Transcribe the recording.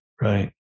right